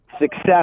success